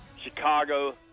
Chicago